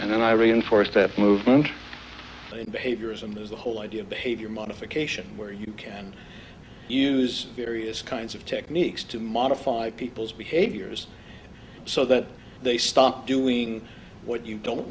and i reinforce that movement behaviorism is the whole idea of behavior modification where you can use various kinds of techniques to modify people's behaviors so that they stop doing what you don't